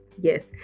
Yes